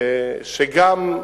שגם,